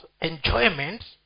enjoyment